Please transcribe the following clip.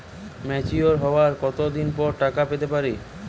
Mature হওয়ার কত দিন পর টাকা পেতে পারি?